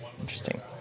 Interesting